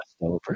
over